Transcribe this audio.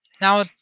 Now